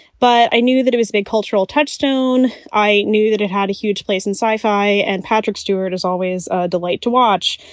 but i knew that it was a big cultural touchstone. i knew that it had a huge place in sci fi and patrick stewart is always a delight to watch.